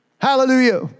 Hallelujah